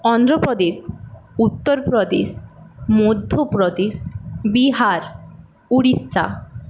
Andhra Pradesh Uttar Pradesh Madhya Pradesh Bihar Orissa